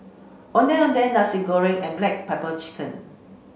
Ondeh Ondeh Nasi Goreng and black pepper chicken